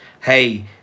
Hey